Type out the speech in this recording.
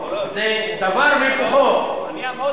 אני אעמוד ואמחא כפיים.